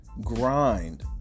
grind